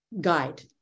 guide